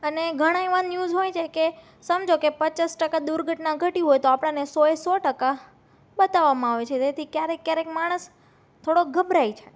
અને ઘણા એવા ન્યૂઝ હોય છેકે સમજો કે પચાસ ટકા દુર્ઘટના ઘટી હોય તો આપણને સોએ સો ટકા બતાવામાં આવે છે તેથી ક્યારેક ક્યારેક માણસ થોડોક ગભરાઈ જ